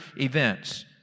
events